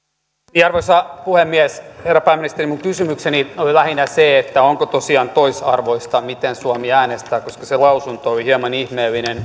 arvoisa puhemies herra pääministeri minun kysymykseni oli lähinnä se onko tosiaan toisarvoista miten suomi äänestää koska se lausunto oli hieman ihmeellinen